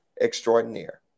extraordinaire